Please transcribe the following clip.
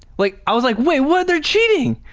like i was like wait, why are they cheating?